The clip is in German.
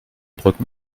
brücken